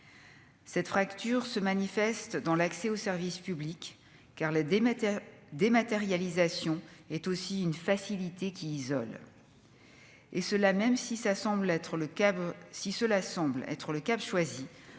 cette fracture se manifeste dans l'accès aux services publics, car les démettre dématérialisation est aussi une facilité qui isole et cela même si ça semble être le cas si